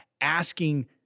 asking